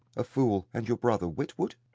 a fool, and your brother, witwoud?